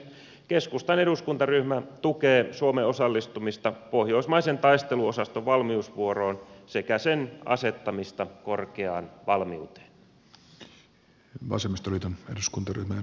keskustan eduskuntaryhmä tukee suomen osallistumista pohjoismaisen taisteluosaston valmiusvuoroon sekä sen asettamista korkeaan valmiuteen